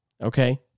Okay